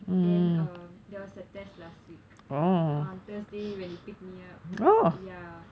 then err there was the test last week on thursday when you pick me up ya